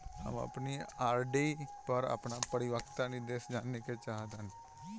हम अपन आर.डी पर अपन परिपक्वता निर्देश जानेके चाहतानी